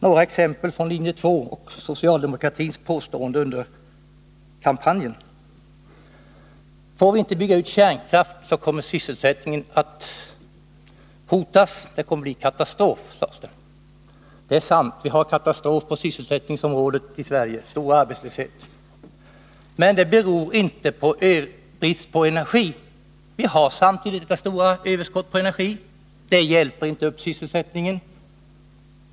Några exempel från linje 2:s och socialdemokratins påståenden under kampanjen: Får vi inte bygga ut kärnkraft, kommer sysselsätttningen att hotas. Det kommer att bli katastrof, sades det. Det är sant. Vi har katastrof på sysselsättningens område, stor arbetslöshet. Men det beror inte på brist på energi. Vi har samtidigt stora överskott på energi. Det hjälper inte upp sysselsättningen.